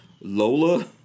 Lola